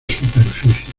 superficie